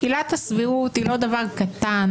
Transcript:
עילת הסבירות היא לא דבר קטן,